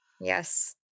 Yes